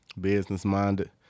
business-minded